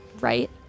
right